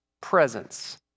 presence